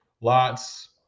Lots